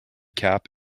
cap